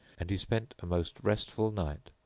and he spent a most restful night,